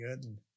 good